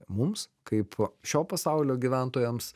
mums kaip šio pasaulio gyventojams